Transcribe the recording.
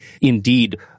indeed